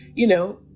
you know,